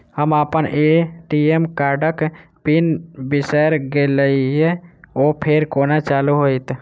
हम अप्पन ए.टी.एम कार्डक पिन बिसैर गेलियै ओ फेर कोना चालु होइत?